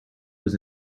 was